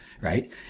right